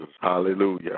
hallelujah